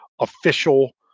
official